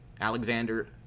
Alexander